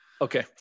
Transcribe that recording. Okay